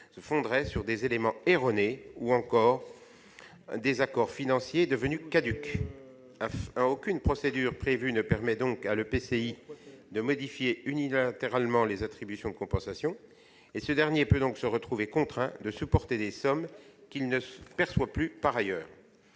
se fonderait sur des éléments erronés ou encore sur des accords financiers devenus caducs. Aucune procédure prévue ne permet donc à l'EPCI de modifier unilatéralement les attributions de compensation et ce dernier peut donc se retrouver contraint de verser des sommes alors qu'il ne perçoit plus par ailleurs